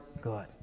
good